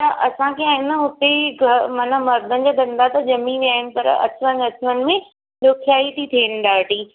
ऐं असांखे आहे न हुते घर माना मर्दनि जा धंधा त ॼमी विया आहिनि पर अचु वञु अचु वञु में ॾुखियाई थी थेनि ॾाढी